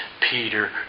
Peter